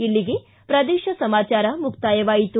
ಇಲ್ಲಿಗೆ ಪ್ರದೇಶ ಸಮಾಚಾರ ಮುಕ್ತಾಯವಾಯಿತು